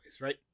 right